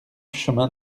chemin